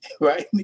right